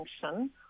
function